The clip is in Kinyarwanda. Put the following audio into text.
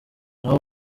naho